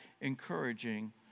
encouraging